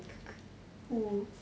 who